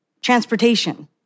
transportation